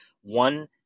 one